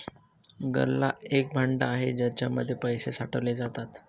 गल्ला एक भांड आहे ज्याच्या मध्ये पैसे साठवले जातात